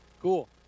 cool